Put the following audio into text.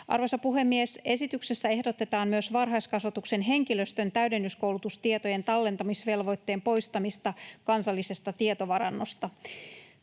Arvoisa puhemies! Esityksessä ehdotetaan myös varhaiskasvatuksen henkilöstön täydennyskoulutustietojen tallentamisvelvoitteen poistamista kansallisesta tietovarannosta.